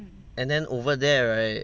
and then over there right